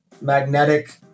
magnetic